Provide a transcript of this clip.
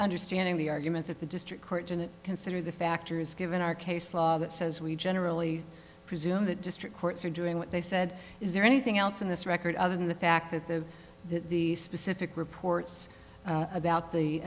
understanding the argument that the district court didn't consider the factors given our case law that says we generally presume that district courts are doing what they said is there anything else in this record other than the fact that the the specific reports about the